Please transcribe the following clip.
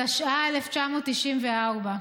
התשע"ה 1994,